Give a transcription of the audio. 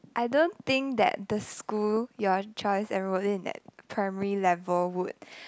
I don't think that the school your child is enrolled in at primary level would